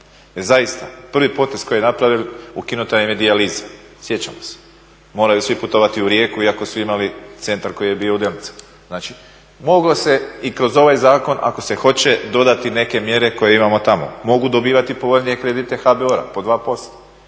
zaista prvi potez koji je napravljen ukinuta im je dijaliza. Sjećamo se, moraju svi putovati u Rijeku iako su imali centar koji je bio u Delnicama. Znači, moglo se i kroz ovaj zakon ako se hoće dodati neke mjere koje imamo tamo, mogu dobivati povoljnije kredite HBOR-a po 2%.